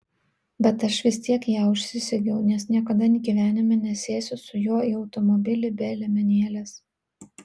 bet aš vis tiek ją užsisegiau nes niekada gyvenime nesėsiu su juo į automobilį be liemenėlės